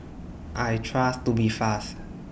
I Trust Tubifast